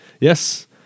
Yes